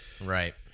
Right